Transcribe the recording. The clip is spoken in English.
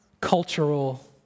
cultural